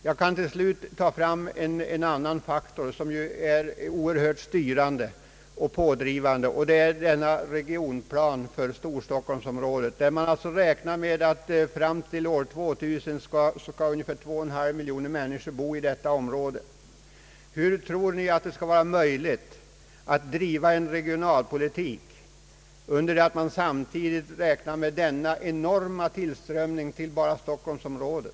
Jag kan till slut nämna en annan faktor som är oerhört styrande och pådrivande, och det är regionplanen för Storstockholmsområdet. Man «räknar med att ungefär två och en halv miljoner människor skall bo i detta område år 2000. Hur tror ni att det skall vara möjligt att driva en regional politik samtidigt som man räknar med denna enorma tillströmning av människor till bara Stockholmsområdet?